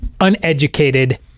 uneducated